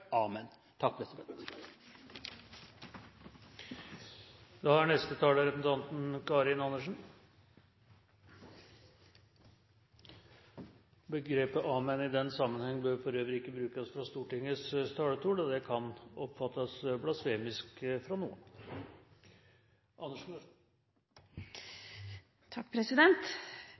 Amen. Begrepet «amen» i den sammenheng bør for øvrig ikke brukes fra Stortingets talerstol. Det kan oppfattes blasfemisk av noen.